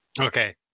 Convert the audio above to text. okay